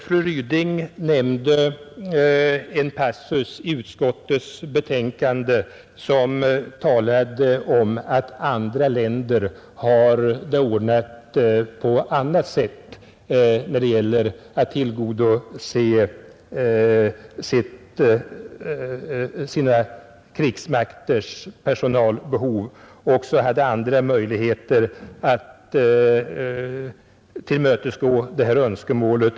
Fru Ryding nämnde en passus i utskottets betänkande som talade om att andra länder har det ordnat på annat sätt när det gäller att tillgodose krigsmaktens personalbehov och även hade andra möjligheter att tillmötesgå önskemålet om u-landstjänst.